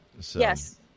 yes